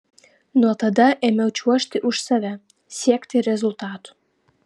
nuo tada ėmiau čiuožti už save siekti rezultatų